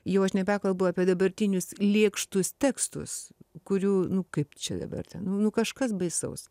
jau aš nebekalbu apie dabartinius lėkštus tekstus kurių nu kaip čia dabar ten nu kažkas baisaus